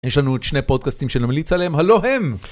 יש לנו עוד שני פודקאסטים שנמליץ עליהם, הלו הם!